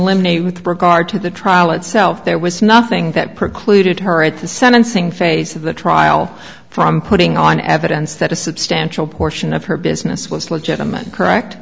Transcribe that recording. limine with regard to the trial itself there was nothing that precluded her at the sentencing phase of the trial from putting on evidence that a substantial portion of her business was legitimate correct